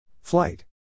Flight